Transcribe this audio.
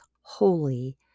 holy